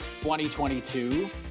2022